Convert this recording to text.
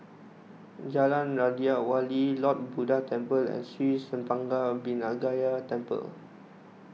Jalan Raja Wali Lord Buddha Temple and Sri Senpaga Vinayagar Temple